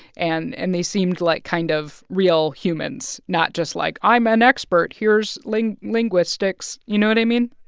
and and they seemed like kind of real humans not just, like, i'm an expert. here's like linguistics you know what i mean?